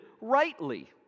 rightly